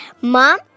mom